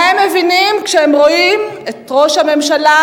מה הם מבינים כשהם רואים את ראש הממשלה